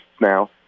now